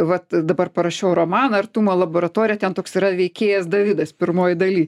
vat dabar parašiau romaną artumo laboratorija ten toks yra veikėjas davidas pirmoj daly